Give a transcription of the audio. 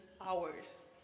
Hours